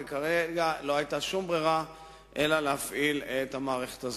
וכרגע לא היתה שום ברירה אלא להפעיל את המערכת הזאת.